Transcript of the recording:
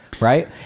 right